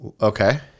Okay